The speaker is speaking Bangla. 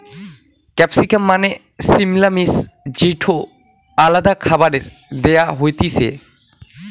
ক্যাপসিকাম মানে সিমলা মির্চ যেটো আলাদা খাবারে দেয়া হতিছে